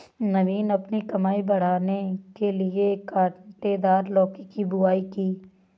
नवीन अपनी कमाई बढ़ाने के लिए कांटेदार लौकी की बुवाई की